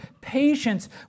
patience